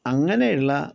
അങ്ങനെയുള്ള